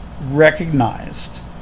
recognized